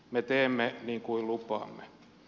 me teemme niin kuin lupaamme